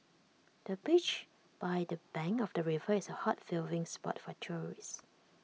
the bench by the bank of the river is A hot viewing spot for tourists